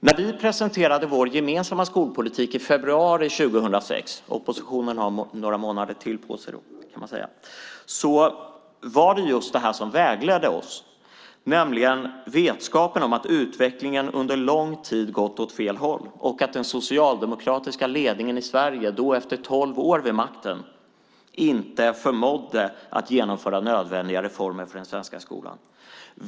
När vi presenterade vår gemensamma skolpolitik i februari 2006 - oppositionen har några månader på sig, kan man säga - var det detta som vägledde oss just vetskapen om att utvecklingen under lång tid gått åt fel håll och att den socialdemokratiska ledningen i Sverige under tolv år vid makten inte förmått genomföra nödvändiga reformer för den svenska skolan.